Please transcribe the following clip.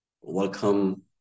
welcome